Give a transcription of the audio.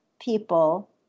people